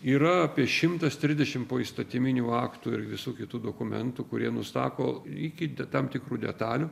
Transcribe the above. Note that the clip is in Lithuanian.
yra apie šimtas trisdešimt poįstatyminių aktų ir visų kitų dokumentų kurie nusako iki tam tikrų detalių